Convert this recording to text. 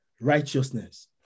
righteousness